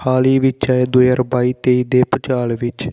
ਹਾਲ ਹੀ ਵਿਚ ਆਏ ਦੋ ਹਜ਼ਾਰ ਬਾਈ ਤੇਈ ਦੇ ਭੁਚਾਲ ਵਿੱਚ